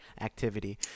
activity